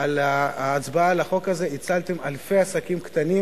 על כפתור ההצבעה על החוק הזה הצלתם אלפי עסקים קטנים